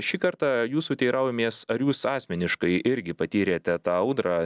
šį kartą jūsų teiraujamės ar jūs asmeniškai irgi patyrėte tą audrą